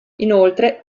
inoltre